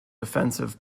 offensive